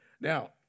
Now